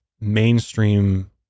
mainstream